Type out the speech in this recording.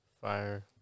Fire